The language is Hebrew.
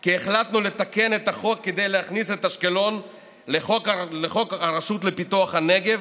כי החלטנו לתקן את החוק כדי להכניס את אשקלון לחוק הרשות לפיתוח הנגב,